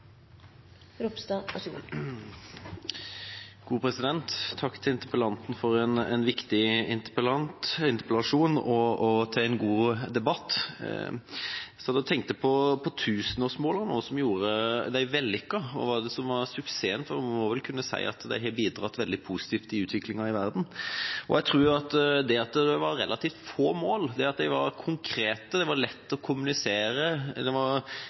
Takk til interpellanten for en viktig interpellasjon, og takk for en god debatt. Jeg satt og tenkte på tusenårsmålene – hva som gjorde dem vellykket, og hva som var suksessen, for vi må vel kunne si at de har bidratt veldig positivt til utviklinga i verden. Jeg tror det er det at det var relativt få mål, at de var konkrete, at det var lett å kommunisere dem. Jeg husker fra skolen at det – når en ser på både rike og fattige land – var